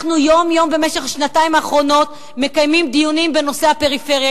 אנחנו יום-יום במשך השנתיים האחרונות מקיימים דיונים בנושא הפריפריה,